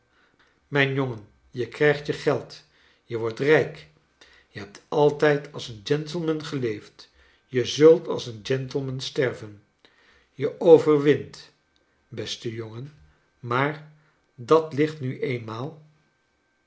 mijn jongen je krijgt je geld je wordt rijk je hebt altijd als een gentleman geloefd je zult als een gentleman sterven je overwint best jongen maar dat ligt nu eenmaai